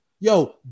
Yo